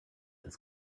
this